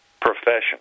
profession